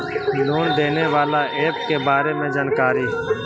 Loan देने बाला app के बारे मे जानकारी?